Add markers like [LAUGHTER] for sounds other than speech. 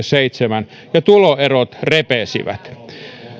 [UNINTELLIGIBLE] seitsemän ja tuloerot repesivät